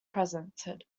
presented